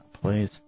Please